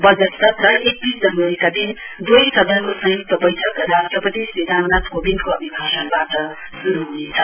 वजट सत्र एकतीस जनवरीका दिन दुवै सदनको संयुक्त वैठक राष्ट्रपति श्री रामनाथ कोबिन्दको अभिभाषणबाट शुरु हुनेछ